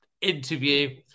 interview